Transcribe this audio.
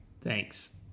thanks